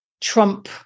trump